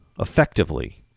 effectively